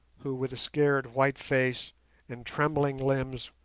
who, with a scared white face and trembling limbs,